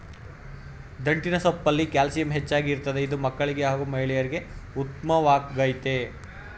ದಂಟಿನ ಸೊಪ್ಪಲ್ಲಿ ಕ್ಯಾಲ್ಸಿಯಂ ಹೆಚ್ಚಾಗಿ ಇರ್ತದೆ ಇದು ಮಕ್ಕಳಿಗೆ ಹಾಗೂ ಮಹಿಳೆಯರಿಗೆ ಉತ್ಮವಾಗಯ್ತೆ